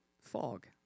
fog